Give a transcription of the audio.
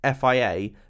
FIA